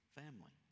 family